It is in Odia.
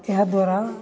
ଏହାଦ୍ୱାରା